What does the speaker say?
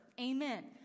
Amen